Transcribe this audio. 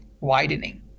widening